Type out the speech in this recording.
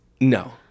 No